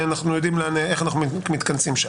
אנחנו יודעים איך אנחנו מתכנסים שם.